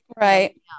right